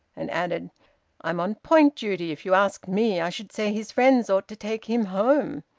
and added i'm on point duty. if you ask me, i should say his friends ought to take him home.